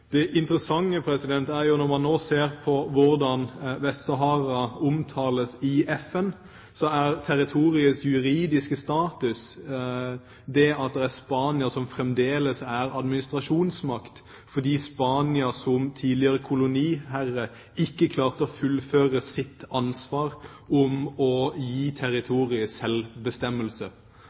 Når man nå hører hvordan Vest-Sahara omtales i FN, er det interessant at territoriets juridiske status er den at det er Spania som fremdeles er administrasjonsmakt, fordi Spania, som tidligere koloniherre, ikke klarte å fullføre sitt ansvar for å gi territoriet